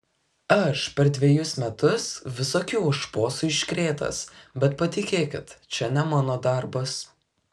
aš per dvejus metus visokių šposų iškrėtęs bet patikėkit čia ne mano darbas